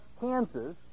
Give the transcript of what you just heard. Kansas